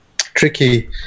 tricky